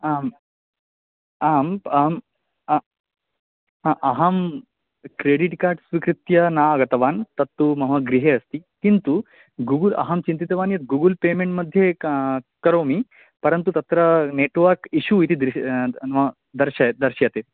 आम् आम् प् अहं क्रेडिट् कार्ड् स्वीकृत्य न आगतवान् तत्तु मम गृहे अस्ति किन्तु गुहुल् अहं चिन्तितवान् यत् गुगुल् पेमेन्ट् मध्ये क करोमि परन्तु तत्र नेट्वर्क् इशू इति दृश् न दर्शयत् दृश्यते